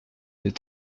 des